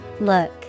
look